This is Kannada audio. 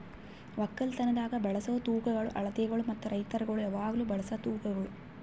ಒಕ್ಕಲತನದಾಗ್ ಬಳಸ ತೂಕಗೊಳ್, ಅಳತಿಗೊಳ್ ಮತ್ತ ರೈತುರಗೊಳ್ ಯಾವಾಗ್ಲೂ ಬಳಸ ತೂಕಗೊಳ್